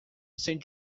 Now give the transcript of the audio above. saint